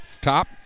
top